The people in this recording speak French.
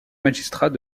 magistrat